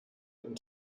and